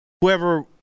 whoever